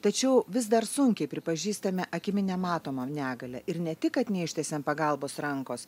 tačiau vis dar sunkiai pripažįstame akimi nematomą negalią ir ne tik kad neištiesiam pagalbos rankos